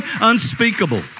unspeakable